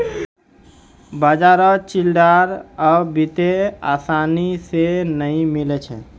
बाजारत चिचिण्डा अब अत्ते आसानी स नइ मिल छेक